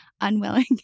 unwilling